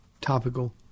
topical